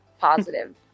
positive